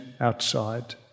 outside